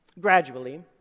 Gradually